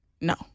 No